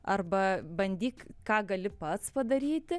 arba bandyk ką gali pats padaryti